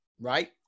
right